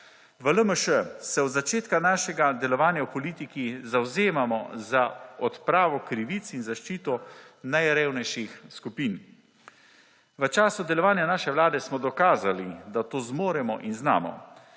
V LMŠ se od začetka svojega delovanja v politiki zavzemamo za odpravo krivic in zaščito naravnejših skupin. V času delovanja naše vlade smo dokazali, da to zmoremo in znamo.